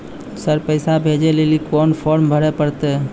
Sir पैसा भेजै लेली कोन फॉर्म भरे परतै?